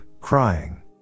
crying